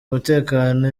umutekano